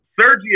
Sergio